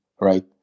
right